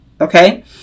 Okay